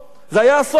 זה היה הסוף שלך.